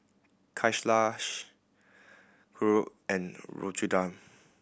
Kailash Dhirubhai and Ramchundra